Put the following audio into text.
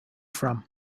from